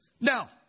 Now